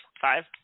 Five